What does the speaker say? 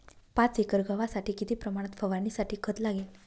पाच एकर गव्हासाठी किती प्रमाणात फवारणीसाठी खत लागेल?